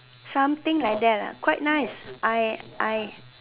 something like that lah quite nice I I